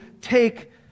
take